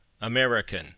American